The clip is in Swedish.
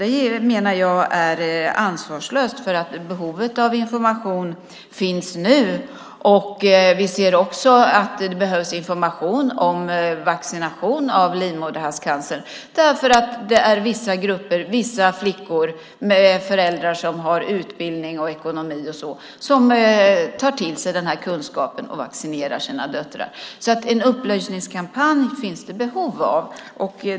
Jag menar att det är ansvarslöst att vänta, för behovet av information finns nu. Vi ser också att det behövs information om vaccination mot livmoderhalscancer. Det är vissa grupper, föräldrar som har utbildning och ekonomi, som tar till sig den här kunskapen och vaccinerar sina döttrar. En upplysningskampanj finns det behov av.